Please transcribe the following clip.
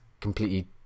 completely